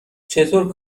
چطور